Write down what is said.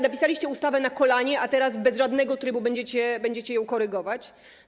Napisaliście ustawę na kolanie, a teraz bez żadnego trybu będziecie ją korygować?